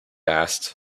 asked